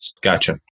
Gotcha